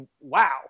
wow